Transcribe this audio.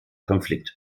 konflikte